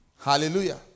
Hallelujah